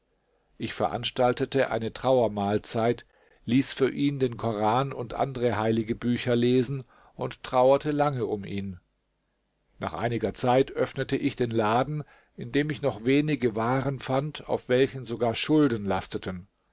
ich veranstaltete eine trauermahlzeit ließ für ihn den koran und andere heilige bücher lesen und trauerte lange um ihn nach einiger zeit öffnete ich den laden in dem ich noch wenige waren fand auf welchen sogar schulden lasteten